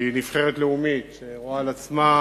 שהיא נבחרת לאומית שרואה לעצמה